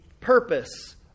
purpose